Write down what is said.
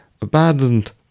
Abandoned